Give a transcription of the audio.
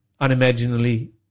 unimaginably